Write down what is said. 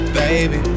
baby